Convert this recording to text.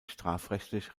strafrechtlich